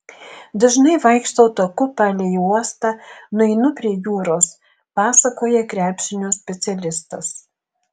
dažnai vaikštau taku palei uostą nueinu prie jūros pasakoja krepšinio specialistas